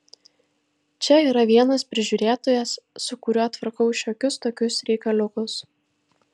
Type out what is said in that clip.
čia yra vienas prižiūrėtojas su kuriuo tvarkau šiokius tokius reikaliukus